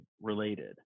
related